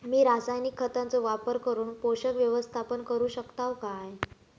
मी रासायनिक खतांचो वापर करून पोषक व्यवस्थापन करू शकताव काय?